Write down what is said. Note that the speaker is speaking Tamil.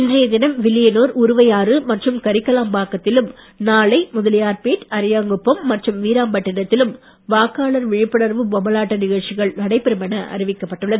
இன்றைய தினம் வில்லியனூர் உருவையாறு மற்றும் கரிக்கலாம்பாக்கத்திலும் நாளை முதலியார்பேட் அரியாங்குப்பம் மற்றும் வீராம்பட்டினத்திலும் வாக்காளர் விழிப்புணர்வு பொம்மலாட்ட நிகழ்ச்சிகள் நடைபெறும் என அறிவிக்கப்பட்டுள்ளது